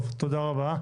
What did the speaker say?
טוב, תודה רבה.